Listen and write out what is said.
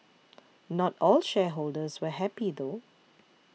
not all shareholders were happy though